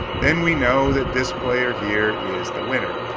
then we know that this player here is the winner.